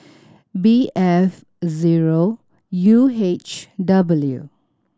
B F zero U H W